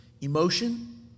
Emotion